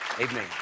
Amen